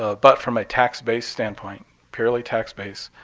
ah but from a tax base standpoint, purely tax base,